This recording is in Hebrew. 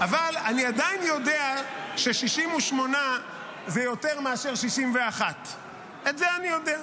אבל אני עדיין יודע ש-68 זה יותר מאשר 61. את זה אני יודע.